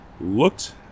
looked